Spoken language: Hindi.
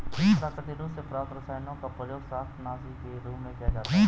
कुछ प्राकृतिक रूप से प्राप्त रसायनों का प्रयोग शाकनाशी के रूप में किया जाता है